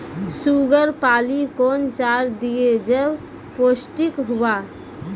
Sugar पाली कौन चार दिय जब पोस्टिक हुआ?